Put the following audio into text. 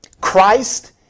Christ